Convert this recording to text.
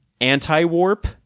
anti-warp